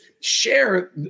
share